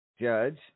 Judge